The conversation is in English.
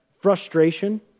frustration